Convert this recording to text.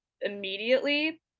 immediately